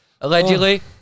allegedly